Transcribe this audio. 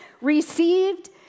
received